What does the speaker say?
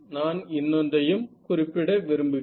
நான் இன்னொன்றையும் குறிப்பிட விரும்புகிறேன்